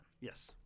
Yes